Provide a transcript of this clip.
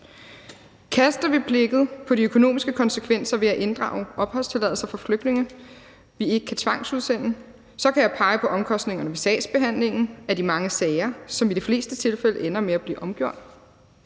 Kaster vi blikket på de økonomiske konsekvenser ved at inddrage opholdstilladelser for flygtninge, vi ikke kan tvangsudsende, kan jeg pege på omkostningerne ved sagsbehandlingen af de mange sager, som i de fleste tilfælde ender med at blive omgjort.